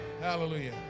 Hallelujah